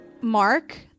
Mark